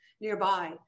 nearby